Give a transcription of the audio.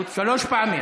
שלוש פעמים אמר.